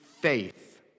faith